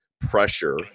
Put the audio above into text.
pressure